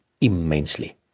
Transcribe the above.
immensely